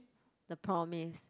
the promise